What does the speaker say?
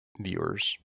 viewers